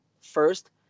first